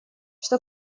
что